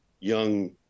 young